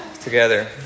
together